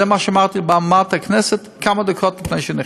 זה מה שאמרתי מבמת הכנסת כמה דקות לפני שנכנסת.